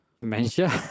Dementia